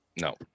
No